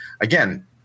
again